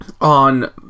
on